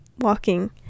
walking